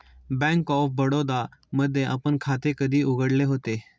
Bank of Baroda मध्ये आपण खाते कधी उघडले होते?